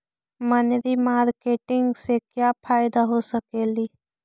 मनरी मारकेटिग से क्या फायदा हो सकेली?